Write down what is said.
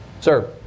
Sir